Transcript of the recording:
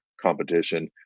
competition